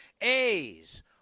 A's